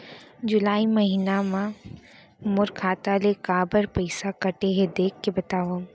जुलाई महीना मा मोर खाता ले काबर पइसा कटे हे, देख के बतावव?